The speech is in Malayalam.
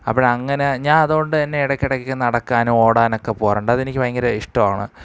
അപ്പോഴങ്ങനെ ഞാൻ അതുകൊണ്ട് തന്നെ ഇടയ്ക്കിടയ്ക്ക് നടക്കാനും ഓടാനൊക്കെ പോകാറുണ്ട് അതെനിക്ക് ഭയങ്കര ഇഷ്ടമാണ്